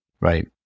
Right